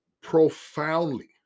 profoundly